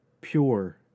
pure